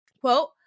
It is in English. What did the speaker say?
Quote